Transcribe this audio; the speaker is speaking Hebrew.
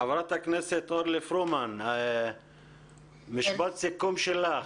חברת הכנסת אורלי פרומן, משפט סיכום שלך.